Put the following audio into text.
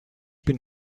bin